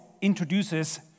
introduces